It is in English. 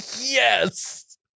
yes